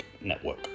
network